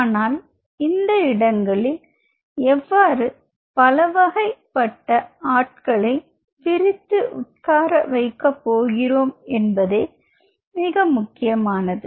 ஆனால் இந்த இடங்களில் எவ்வாறு பலவகைப்பட்ட ஆட்களை பிரித்து உட்கார வைக்கப் போகிறோம் என்பதே மிக முக்கியமானது